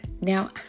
Now